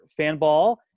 Fanball